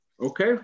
okay